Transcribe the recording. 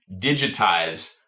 digitize